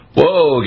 whoa